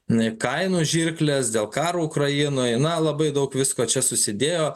na kainų žirklės dėl karo ukrainoj na labai daug visko čia susidėjo